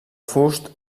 fust